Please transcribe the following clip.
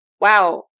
wow